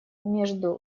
между